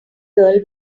girl